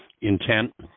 intent